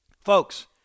Folks